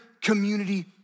community